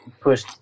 push